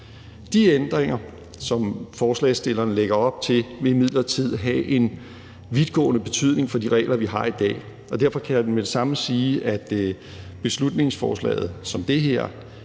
De ændringer, som forslagsstillerne lægger op til, vil imidlertid have en vidtgående betydning for de regler, vi har i dag, og derfor kan jeg med det samme sige, at beslutningsforslaget her